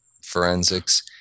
forensics